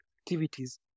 activities